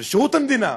של שירות המדינה,